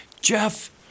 Jeff